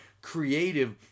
creative